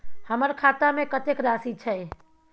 हमर खाता में कतेक राशि छै?